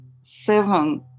seven